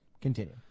Continue